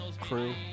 crew